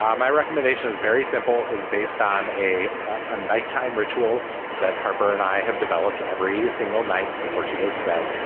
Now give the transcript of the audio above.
um my recommendation is very simple. is based on a ah nighttime ritual that harper and i have developed every single night before she goes to bed.